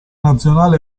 nazionale